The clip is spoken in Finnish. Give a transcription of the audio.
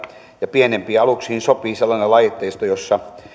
pienempiin aluksiin sopii sellainen laitteisto jossa